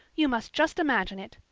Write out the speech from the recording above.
you must just imagine it.